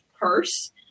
purse